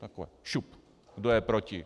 Jako šup, kdo je proti.